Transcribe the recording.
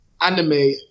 anime